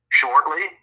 shortly